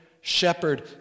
shepherd